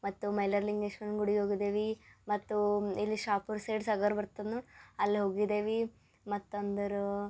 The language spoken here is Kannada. ಮತ್ತು ಮೈಲಾರ ಲಿಂಗೇಶ್ವರನ ಗುಡಿಗೆ ಹೋಗಿದೇವಿ ಮತ್ತು ಇಲ್ಲಿ ಶಾಪುರ ಸೈಡ್ ಬರ್ತದೆ ನೋಡಿ ಅಲ್ಲಿ ಹೋಗಿದೇವೆ ಮತ್ತು ಅಂದರೆ